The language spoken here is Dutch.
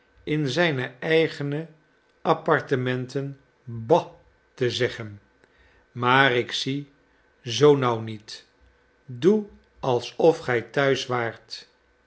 in zijne eigene apartementen ba te zeggen maar ik zie zoo nauw niet doe alsof gij thuis waart